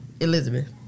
Elizabeth